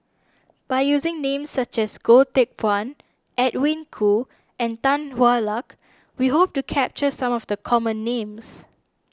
by using names such as Goh Teck Phuan Edwin Koo and Tan Hwa Luck we hope to capture some of the common names